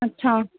अच्छा